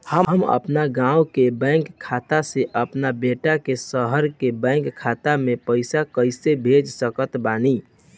हम अपना गाँव के बैंक खाता से अपना बेटा के शहर के बैंक खाता मे पैसा कैसे भेज सकत बानी?